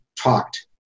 talked